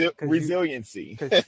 resiliency